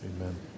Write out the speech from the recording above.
Amen